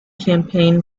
campaign